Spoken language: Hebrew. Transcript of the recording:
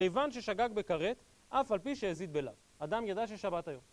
כיון ששגג בכרת, אף על פי שהזיד בלאו. אדם ידע ששבת היום.